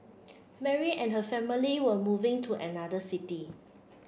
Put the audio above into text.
Mary and her family were moving to another city